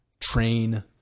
Train